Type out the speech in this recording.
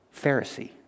Pharisee